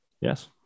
Yes